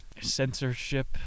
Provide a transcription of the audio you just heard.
censorship